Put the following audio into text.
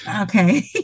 Okay